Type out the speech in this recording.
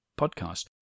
podcast